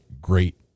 great